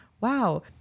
wow